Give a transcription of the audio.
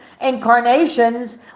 incarnations